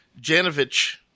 Janovich